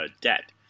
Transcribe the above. debt